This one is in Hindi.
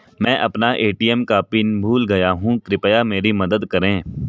मैं अपना ए.टी.एम का पिन भूल गया हूं, कृपया मेरी मदद करें